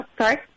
sorry